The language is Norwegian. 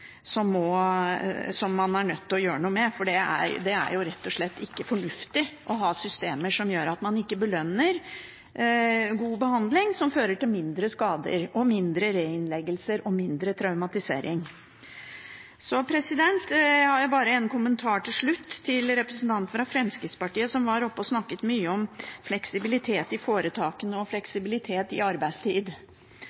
er rett og slett ikke fornuftig å ha systemer som ikke belønner god behandling som fører til færre skader, færre reinnleggelser og mindre traumatisering. Til slutt har jeg en kommentar til representanten fra Fremskrittspartiet som var oppe og snakket mye om fleksibilitet i foretakene og